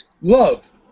love